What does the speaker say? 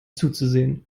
zuzusehen